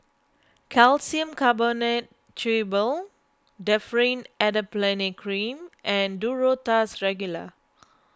Calcium Carbonate Chewable Differin Adapalene Cream and Duro Tuss Regular